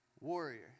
warrior